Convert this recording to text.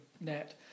net